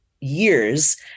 years